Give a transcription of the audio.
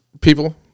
people